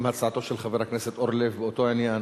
גם הצעתו של חבר הכנסת אורלב באותו עניין